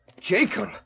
Jacob